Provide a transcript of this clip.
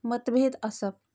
मतभेद आसप